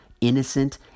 innocent